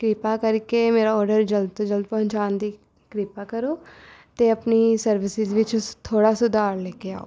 ਕਿਰਪਾ ਕਰਕੇ ਮੇਰਾ ਓਡਰ ਜਲਦ ਤੋਂ ਜਲਦ ਪਹੁੰਚਾਉਣ ਦੀ ਕਿਰਪਾ ਕਰੋ ਅਤੇ ਆਪਣੀ ਸਰਵਿਸਸ ਵਿੱਚ ਥੋੜ੍ਹਾ ਸੁਧਾਰ ਲੈ ਕੇ ਆਉ